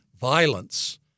violence